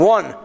One